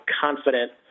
confident